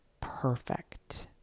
perfect